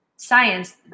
science